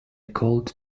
called